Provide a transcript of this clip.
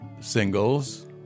singles